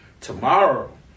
Tomorrow